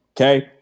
okay